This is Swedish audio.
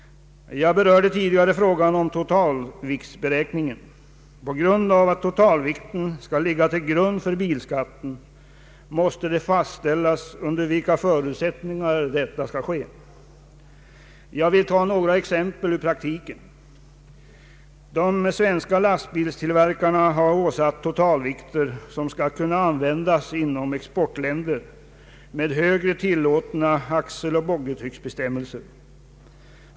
Jag berörde tidigare frågan om totalviktsberäkningen. Eftersom totalvikten skall ligga till grund för bilskatten, måste det fastställas hur totalviktsberäkningen skall ske. Jag vill ta några exempel ur praktiken. De svenska lastbilstillverkarna åsätter totalvikter som skall kunna användas inom exportländer med högre tillåtna axeloch boggietryck.